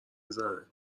میزنه